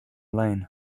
lane